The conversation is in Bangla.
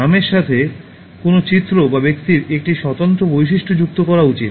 নামের সাথে কোনও চিত্র বা ব্যক্তির একটি স্বতন্ত্র বৈশিষ্ট্য যুক্ত করা উচিত